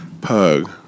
Pug